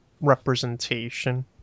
representation